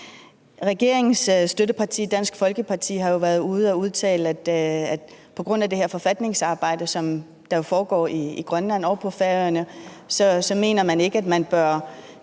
Regeringens støtteparti, Dansk Folkeparti, har været ude og udtale, at på grund af det her forfatningsarbejde, som foregår i Grønland og på Færøerne, mener de ikke, at man bør